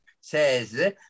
says